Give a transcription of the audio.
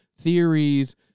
theories